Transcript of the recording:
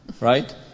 Right